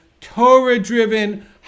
Torah-driven